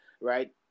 right